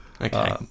Okay